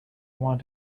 want